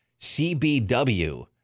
CBW